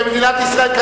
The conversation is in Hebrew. וירושלים,